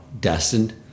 destined